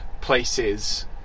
places